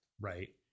right